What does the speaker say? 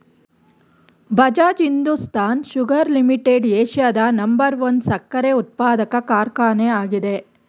Bajaj Hindustan sugar limited ಏಷ್ಯಾದ number one ಸಕ್ಕರೆ ಉತ್ಪಾದಕ ಕಾರ್ಖಾನೆ ಆಗಿದೆ